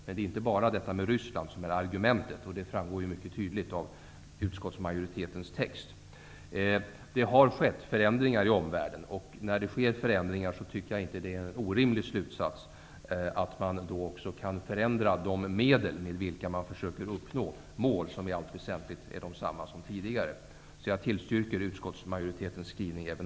Men det är inte bara Ryssland som är argumentet, vilket framgår mycket tydligt av utskottsmajoritetens text. Det har skett förändringar i omvärlden. När det sker förändringar anser jag att det inte är en orimlig slutsats att man också kan förändra de medel med vilka man försöker uppnå dessa mål, vilka i allt väsentligt är desamma som tidigare. Jag tillstyrker även här utskottsmajoritetens skrivning.